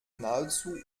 nahezu